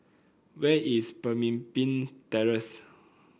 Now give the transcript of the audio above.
where is Pemimpin Terrace